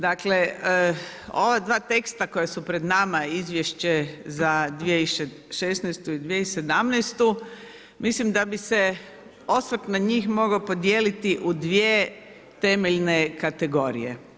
Dakle ova dva teksta koja su pred nama Izvješće za 2016. i 2017., mislim da bi se osvrt na njih mogao podijeliti u dvije temeljne kategorije.